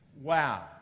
wow